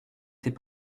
était